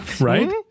Right